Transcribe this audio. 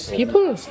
People